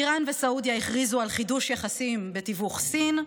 איראן וסעודיה הכריזו על חידוש יחסים בתיווך סין,